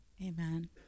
Amen